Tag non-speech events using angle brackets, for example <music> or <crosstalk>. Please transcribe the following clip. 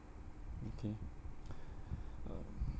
okay <breath> um